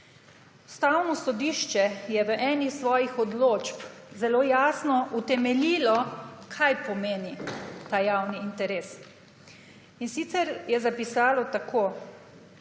Ustavno sodišče je v eni svojih odločbo zelo jasno utemeljilo, kaj pomeni ta javni interes. Zapisalo je tako,